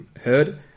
heard